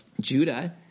Judah